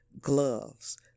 gloves